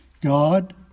God